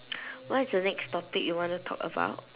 what's the next topic you wanna talk aboutx